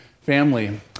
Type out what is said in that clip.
family